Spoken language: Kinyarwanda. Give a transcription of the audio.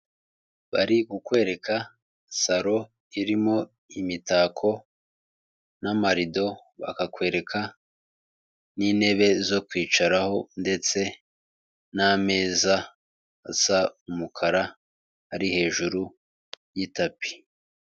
Bari kukwereka saro irimo imitako n'amarido, bakakwereka n'intebe zo kwicaraho ndetse n'ameza asa umukara ari hejuru y'itapi.